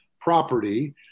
property